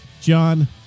john